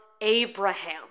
Abraham